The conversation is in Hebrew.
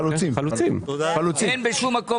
אתה חושב שכך